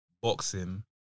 boxing